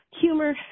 humor